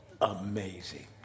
Amazing